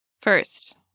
First